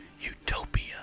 utopia